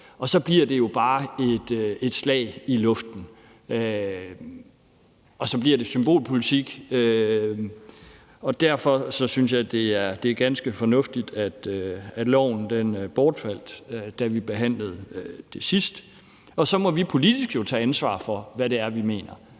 Så bliver det jo bare et slag i luften, og så bliver det symbolpolitik. Derfor synes jeg, det er ganske fornuftigt, at lovforslaget bortfaldt, da vi behandlede det sidst, og så må vi politisk jo tage ansvar for, hvad det er, vi mener.